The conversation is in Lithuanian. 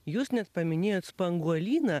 jūs net paminėjot spanguolyną